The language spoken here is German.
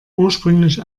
ursprünglich